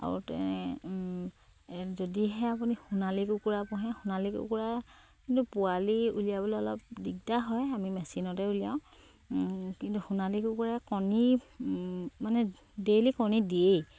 আৰু তেনে যদিহে আপুনি সোণালী কুকুৰা পোহে সোণালী কুকুৰাৰ কিন্তু পোৱালি উলিয়াবলে অলপ দিগদাৰ হয় আমি মেচিনতে উলিয়াওঁ কিন্তু সোণালী কুকুৰাৰ কণী মানে ডেইলি কণী দিয়েই